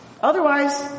Otherwise